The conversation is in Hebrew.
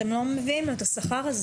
אתם לא משלמים לו את השכר הזה,